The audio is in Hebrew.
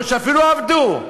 או אפילו עבדו,